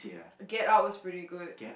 get out is pretty good